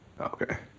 Okay